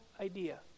idea